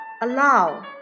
Allow